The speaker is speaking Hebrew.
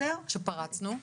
שפרצנו.